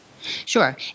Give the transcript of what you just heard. sure